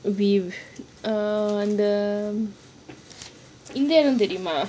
we err இந்த இடம் தெரியுமா:intha edam theriyumaa